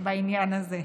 בעניין הזה.